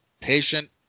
patient